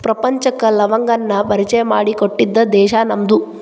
ಪ್ರಪಂಚಕ್ಕೆ ಲವಂಗವನ್ನಾ ಪರಿಚಯಾ ಮಾಡಿಕೊಟ್ಟಿದ್ದ ದೇಶಾ ನಮ್ದು